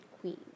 queen